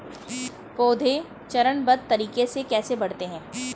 पौधे चरणबद्ध तरीके से कैसे बढ़ते हैं?